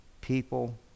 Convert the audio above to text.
people